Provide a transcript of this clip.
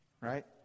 right